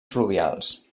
fluvials